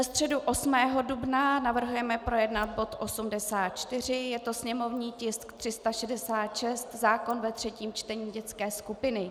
Ve středu 8. dubna navrhujeme projednat bod 84, je to sněmovní tisk 366, zákon ve třetím čtení, dětské skupiny.